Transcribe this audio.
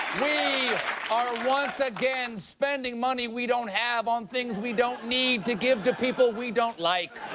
we are once again spending money we don't have on things we don't need to give to people we don't like.